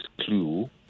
clue